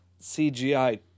CGI